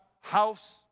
house